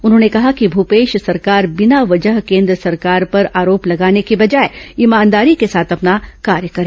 उन्होंने कहा कि मूपेश सरकार बिना वजह केन्द्र सरकार पर आरोप लगाने की बजाय ईमानदारी के साथ अपना कार्य करें